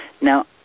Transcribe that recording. Now